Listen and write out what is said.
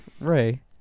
Ray